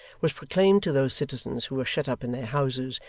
was proclaimed to those citizens who were shut up in their houses,